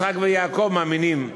יצחק ויעקב מאמינים בו.